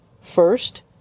First